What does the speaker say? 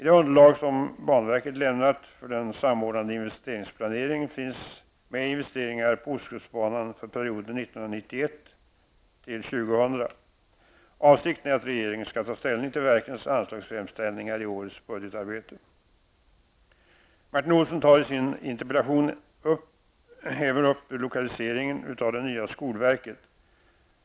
Det underlag som banverket lämnat för den samordnande investeringsplaneringen innehåller bl.a. investeringar på Ostkustbanan för perioden 1991--2000. Avsikten är att regeringen skall ta ställning till verkens anslagsframställningar i årets budgetarbete. Martin Olsson tar i sin interpellation även upp lokaliseringen av det nya skolverket.